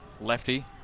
lefty